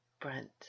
Brent